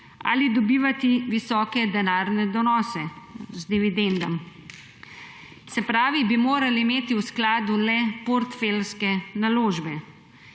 ali dobivati visoke denarne donose z dividendami, se pravi, bi morali imeti v skladu le portfeljske naložbe.